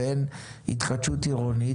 ואין התחדשות עירונית,